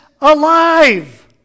alive